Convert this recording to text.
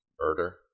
Murder